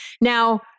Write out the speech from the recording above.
Now